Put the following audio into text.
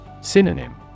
Synonym